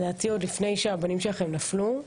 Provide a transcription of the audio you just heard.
לדעתי עוד לפני שהבנים שלכם נפלו,